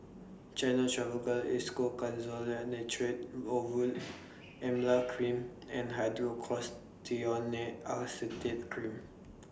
Gyno Travogen Isoconazole Nitrate Ovule Emla Cream and Hydrocortisone Acetate Cream